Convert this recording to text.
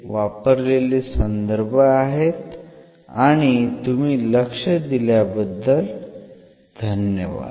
हे वापरलेले संदर्भ आहेत आणि तुम्ही लक्ष दिल्याबद्दल धन्यवाद